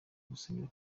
rusengero